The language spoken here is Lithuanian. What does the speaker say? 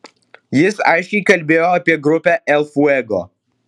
jis aiškiai kalbėjo apie grupę el fuego